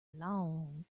long